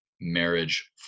marriage